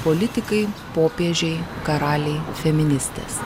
politikai popiežiai karaliai feministės